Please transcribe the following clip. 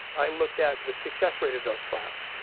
i looked at the success rate of those trials.